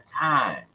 time